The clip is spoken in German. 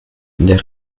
der